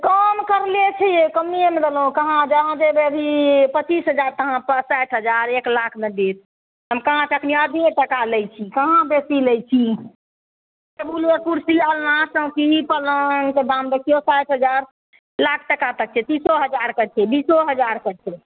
कम करले छियै कमियेमे देलहुँ कहाँ जहाँ जेबय अभी पचीस हजार तहाँ साठि हजार एक लाखमे देत हम कहाँसँ एखनी अधिये टाका लै छी कहाँ बेसी लै छी टेबुलो कुर्सी अलना चौकी पलङ्ग के दाम देखियौ साठि हजार लाख टाका तक छै तीसो हजारके छै बीसो हजारके छै